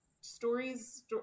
stories